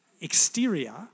exterior